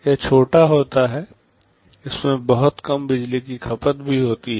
यह छोटा होता है इसमें बहुत कम बिजली की खपत भी होती है